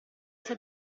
sai